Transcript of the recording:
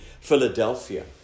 Philadelphia